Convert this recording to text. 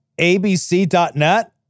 abc.net